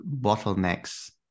bottlenecks